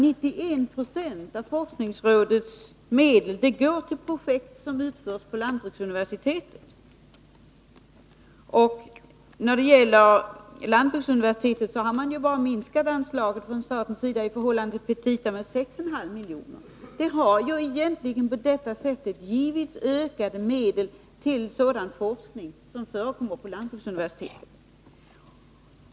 91 96 av forskningsrådets medel går till projekt som utförs på lantbruksuniversitetet. När det gäller lantbruksuniversitetet har man från statens sida bara minskat anslaget i förhållande till petita med 6,5 miljoner. Lantbruksuniversitetet har egentligen på detta sätt givits ökade medel till sådan forskning som förekommer där.